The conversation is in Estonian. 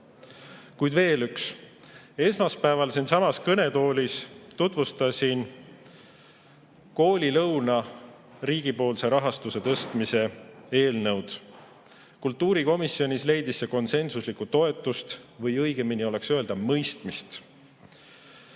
Kuid veel üks. Esmaspäeval siinsamas kõnetoolis tutvustasin koolilõuna riigipoolse rahastuse tõstmise eelnõu. Kultuurikomisjonis leidis see konsensuslikku toetust või õigem oleks öelda mõistmist.